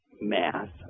math